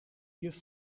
juf